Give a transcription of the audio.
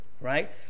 Right